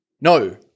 No